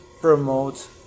promote